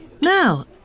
Now